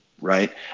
right